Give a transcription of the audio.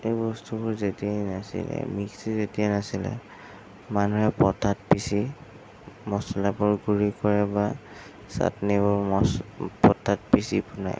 এই বস্তুবোৰ যেতিয়া নাছিলে মিক্সি যেতিয়া নাছিলে মানুহে পতাত পিছি মছলাবোৰ গুড়ি কৰে বা ছাটনিবোৰ পতাত পিছি বনায়